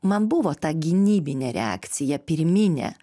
man buvo ta gynybinė reakcija pirminė